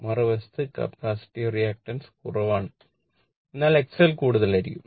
മറുവശത്ത് capacitive reactance കുറവാണ് എന്നാൽ XL കൂടുതലായിരിക്കും